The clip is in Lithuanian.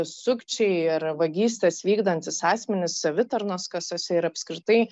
sukčiai ir vagystes vykdantys asmenys savitarnos kasose ir apskritai